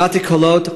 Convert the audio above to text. שמעתי קולות,